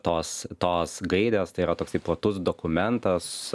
tos tos gairės tai yra toksai platus dokumentas